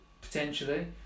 potentially